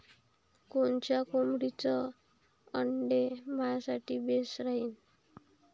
कोनच्या कोंबडीचं आंडे मायासाठी बेस राहीन?